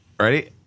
Ready